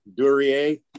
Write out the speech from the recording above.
Durier